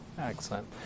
Excellent